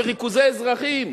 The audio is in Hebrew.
לריכוזי אזרחים,